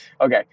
Okay